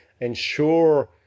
ensure